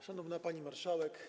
Szanowna Pani Marszałek!